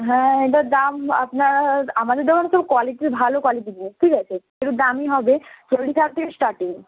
হ্যাঁ এবার দাম আপনার আমাদের দোকানে সব কোয়ালিটির ভালো কোয়ালিটির জিনিস ঠিক আছে একটু দামি হবে চল্লিশ হাজার থেকে স্টার্টিং